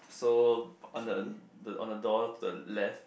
so on the on the door to the left